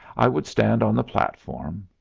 i would stand on the platform,